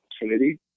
opportunity